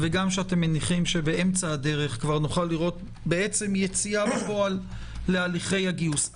וגם שאתם מעריכים שבאמצע הדרך נוכל לראות יציאה בפועל להליכי הגיוס.